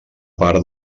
part